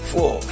Four